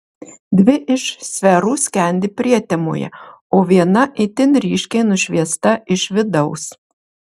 dvi iš sferų skendi prietemoje o viena itin ryškiai nušviesta iš vidaus